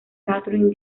kathryn